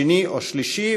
שני או שלישי,